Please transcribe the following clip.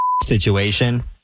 situation